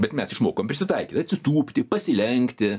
bet mes išmokom prisitaikyt atsitūpti pasilenkti